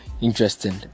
Interesting